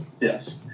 Yes